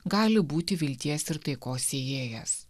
gali būti vilties ir taikos sėjėjas